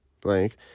blank